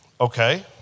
Okay